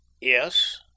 yes